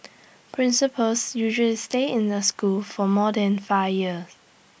principals usually stay in the school for more than five years